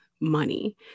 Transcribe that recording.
money